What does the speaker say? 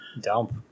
dump